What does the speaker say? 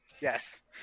Yes